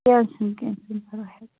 کیٚنٛہہ چھُنہٕ کیٚنٛہہ چھُنہٕ پَرواے